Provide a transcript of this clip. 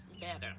better